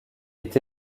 ait